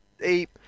eight